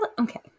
okay